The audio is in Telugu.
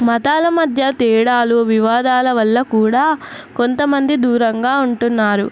మతాల మధ్య తేడాలు వివాదాల వల్ల కూడా కొంతమంది దూరంగా ఉంటున్నారు